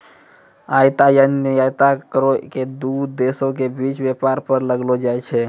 आयात या निर्यात करो के दू देशो के बीच व्यापारो पर लगैलो जाय छै